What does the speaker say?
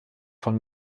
von